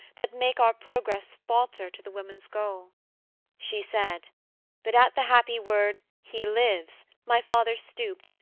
that make our progress falter to the woman's goal she said but at the happy word he lives my father stooped,